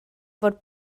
fod